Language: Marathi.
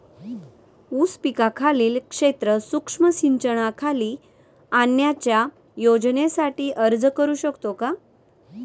ऊस पिकाखालील क्षेत्र सूक्ष्म सिंचनाखाली आणण्याच्या योजनेसाठी अर्ज करू शकतो का?